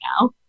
now